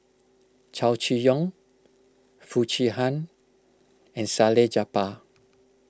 Chow Chee Yong Foo Chee Han and Salleh Japar